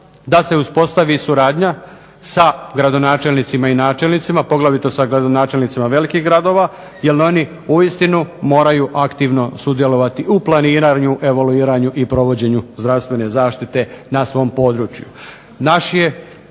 da se uspostavi suradnja sa gradonačelnicima i načelnicima, poglavito sa gradonačelnicima velikih gradova jer oni uistinu moraju aktivno sudjelovati u planiranju, evoluiranju i provođenju zdravstvene zaštite na svom području.